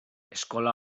eskola